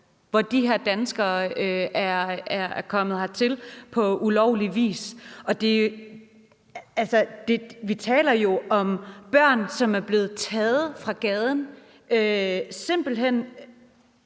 hvornår de her danskere er kommet hertil på ulovlig vis. Altså, vi taler jo her om børn, som er blevet taget fra gaden, og